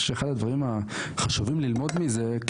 אני חושב שאחד הדברים החשובים ללמוד מזה,